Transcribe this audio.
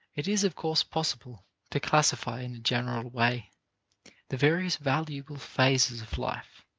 it is of course possible to classify in a general way the various valuable phases of life.